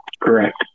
Correct